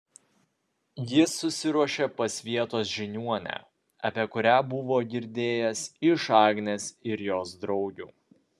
jis susiruošė pas vietos žiniuonę apie kurią buvo girdėjęs iš agnės ir jos draugių